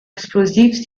explosif